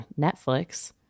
Netflix